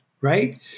right